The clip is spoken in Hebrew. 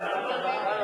ולוועדת החינוך,